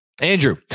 Andrew